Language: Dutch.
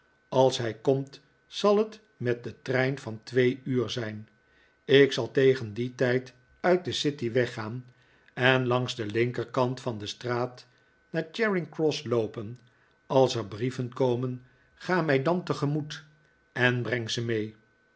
als hij komt zal het met den trein van twee uur zijn ik zal tegen dien tijd uit de city weggaan en langs den linkerkant van de straat naar charing-cross loopen als er brieven komen ga mij n dan tegemoet en breng ze mee